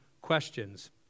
questions